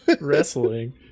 wrestling